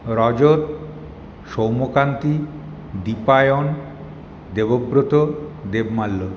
Rajat Soumyakanti Dipayan Debabrata Debmalya